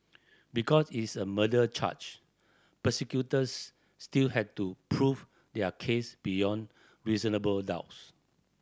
because it is a murder charge prosecutors still had to prove their case beyond reasonable doubts